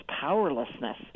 powerlessness